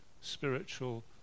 spiritual